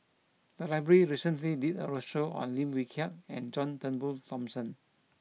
the library recently did a roadshow on Lim Wee Kiak and John Turnbull Thomson